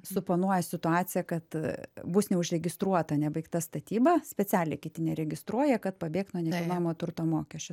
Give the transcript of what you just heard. suponuoja situaciją kad bus neužregistruota nebaigta statyba specialiai kiti neregistruoja kad pabėgt nuo nekilnojamo turto mokesčio